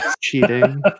Cheating